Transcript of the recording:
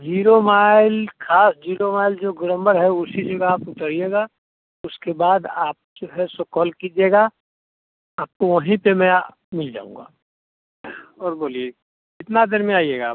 zero mile ख़ास zero mile जो गोलम्बर है उसी जगह आप उतरिएगा उसके बाद आप जो है सो कॉल कीजिएगा आपको वहीं पर मैं आ मिल जाऊँगा और बोलिए कितनी देर में आइएगा आप